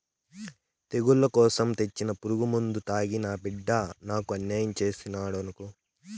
తెగుళ్ల కోసరం తెచ్చిన పురుగుమందు తాగి నా బిడ్డ నాకు అన్యాయం చేసినాడనుకో